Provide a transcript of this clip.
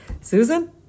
Susan